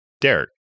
Derek